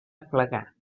aplegar